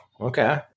Okay